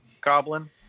goblin